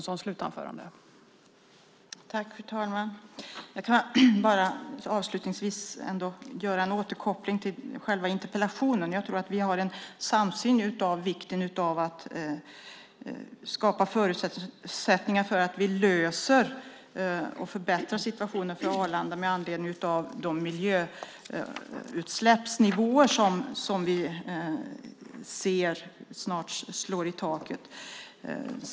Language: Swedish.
Fru talman! Låt mig avslutningsvis göra en återkoppling till interpellationen. Jag tror att det finns en samsyn om vikten av att skapa förutsättningar för att lösa och förbättra situationen för Arlanda med anledning av de miljöutsläppsnivåer som vi ser snart slår i taket.